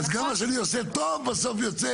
אז גם מה שאני עושה טוב, בסוף יוצא.